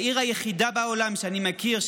העיר היחידה בעולם שאני מכיר,